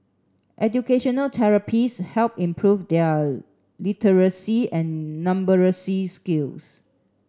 educational therapists helped improve their literacy and numeracy skills